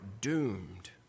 doomed